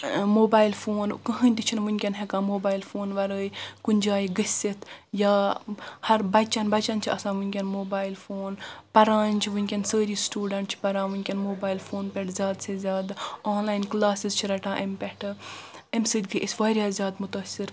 mobile phone کٕہٕنۍ تہِ چھُنہٕ ونکیٚن ہیٚکان موبایل فون ورٲے کُنہِ جایہِ گٔژھتھ یا ہر بچن بچن چھ آسان ونکیٚن موبایل فون پران چھ ونکیٚن سٲری سٹوڈنٹ چھ پران ونکیٚن موبایل فون پٮ۪ٹھ زیادٕ سے زیادٕ آنلاین کٕلاسِز چھ رٹان امہِ پٮ۪ٹھہٕ امہِ سۭتۍ گٔے أسۍ واریاہ زیادٕ مُتٲثر